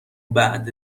بعد